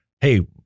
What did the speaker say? Hey